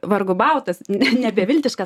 vargu bau tas nebeviltiškas